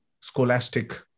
scholastic